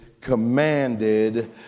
commanded